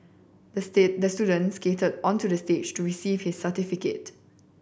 the the student skated onto the stage to receive his certificate